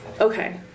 okay